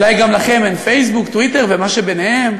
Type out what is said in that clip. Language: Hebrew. אולי גם לכם אין פייסבוק, טוויטר ומה שביניהם?